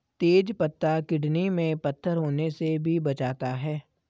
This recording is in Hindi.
तेज पत्ता किडनी में पत्थर होने से भी बचाता है